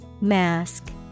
mask